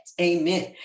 amen